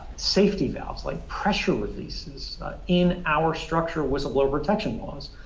safety valves, like pressure releases in our structure, whistleblower-protection laws.